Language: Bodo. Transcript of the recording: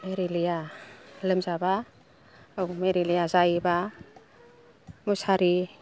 मेलेरिया लोमजाब्ला औ मेलेरिया जायोब्ला मुसारि